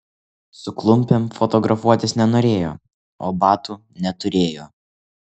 su klumpėm fotografuotis nenorėjo o batų neturėjo